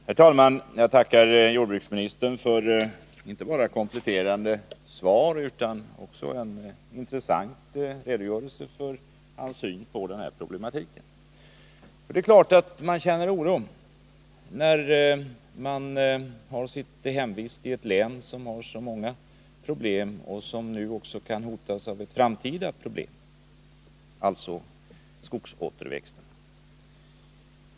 Herr talman! Jag tackar jordbruksministern inte bara för kompletterande svar utan också för den intressanta redogörelsen för hans syn på denna problematik. Det är klart att man känner oro när man har sitt hemvist i ett län som har så många problem och som även hotas av framtida problem. dvs. skogsåterväxten.